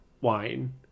wine